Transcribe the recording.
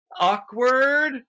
awkward